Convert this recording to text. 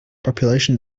population